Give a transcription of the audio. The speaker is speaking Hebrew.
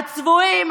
הצבועים,